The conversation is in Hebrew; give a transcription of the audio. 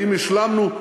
האם השלמנו?